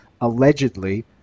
allegedly